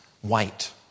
white